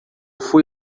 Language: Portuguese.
fui